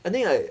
I think like